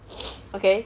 okay